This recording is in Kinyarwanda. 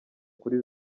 kuri